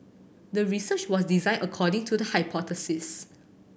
the research was designed according to the hypothesis